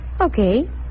Okay